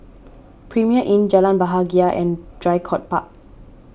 Premier Inn Jalan Bahagia and Draycott Park